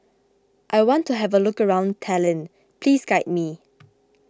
I want to have a look around Tallinn please guide me